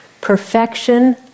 Perfection